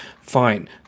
Fine